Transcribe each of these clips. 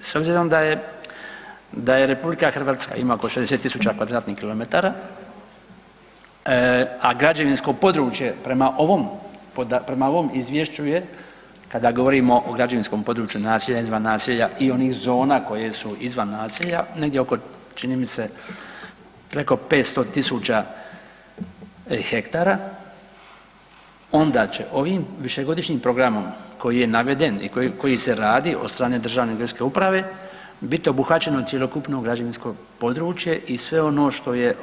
S obzirom da je RH ima oko 60.000 km2, a građevinsko područje prema ovom izvješću je kada govorimo o građevinskom području naselja, izvan naselja i onih zona koje su izvan naselja, negdje oko čini mi se preko 500.000 hektara onda će ovim višegodišnjim programom koji je naveden i koji se radi od strane Državne geodetske uprave bit obuhvaćeno cjelokupno građevinsko područje i sve ono što je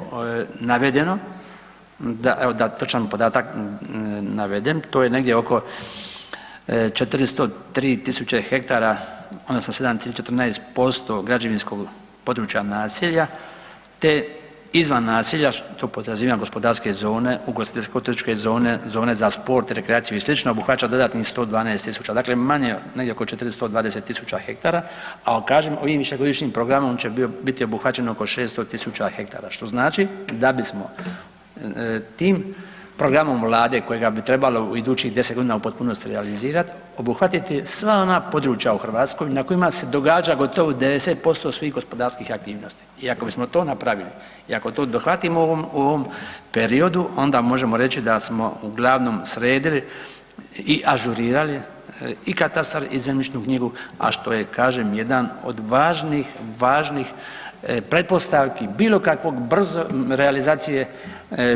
navedeno, evo da točan podatak navedem to je negdje oko 403.000 hektara odnosno 7,14% građevinskog područja naselja te izvan naselja u to podrazumijevam gospodarske zone, ugostiteljsko-turističke zone, zone za sport rekreaciju i sl. obuhvaća dodatnih 112.000 dakle manje negdje oko 420.000 hektara, ali kažem ovim višegodišnjim programom će biti obuhvaćeno oko 600.000 hektara, što znači da bismo tim programom Vlade kojega bi trebalo u idućih 10 godina u potpunosti realizirati, obuhvatiti sva ona područja u Hrvatskoj na kojima se događa gotovo 90% svih gospodarskih aktivnosti i ako bismo to napravili i ako to dohvatimo u ovom, u ovom periodu onda možemo reći da smo uglavnom sredili i ažurirali i katastar i zemljišnu knjigu, a što je kažem jedan od važnih, važnih pretpostavki bilo kakvog brze realizacije,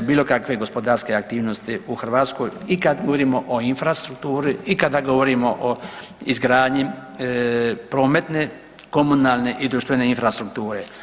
bilo kakve gospodarske aktivnosti u Hrvatskoj i kad govorimo o infrastrukturi i kada govorimo o izgradnji prometne, komunalne i društvene infrastrukture.